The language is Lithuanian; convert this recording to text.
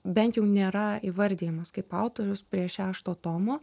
bent jau nėra įvardijamas kaip autorius prie šešto tomo